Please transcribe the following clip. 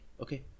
okay